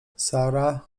sara